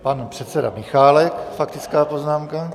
Pan předseda Michálek, faktická poznámka.